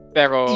pero